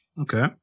Okay